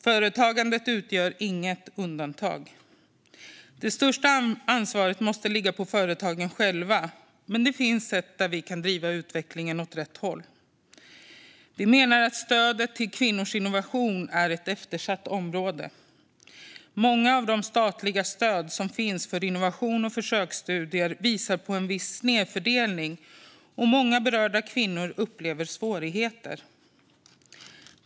Företagandet utgör inget undantag. Det största ansvaret måste ligga på företagen själva, men det finns sätt att driva utvecklingen åt rätt håll. Vi menar att stödet till kvinnors innovation är ett eftersatt område. Många av de statliga stöd som finns för innovation och försöksstudier visar på en viss snedfördelning, och många berörda kvinnor upplever svårigheter.